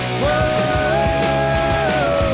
Whoa